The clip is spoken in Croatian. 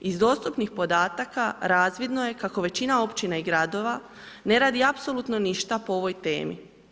Iz dostupnih podataka razvidno je kako većina općina i gradova ne radi apsolutno ništa po ovoj temi.